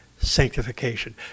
sanctification